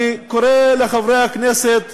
לכן, אני קורא לחברי הכנסת,